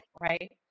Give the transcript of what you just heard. right